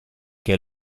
che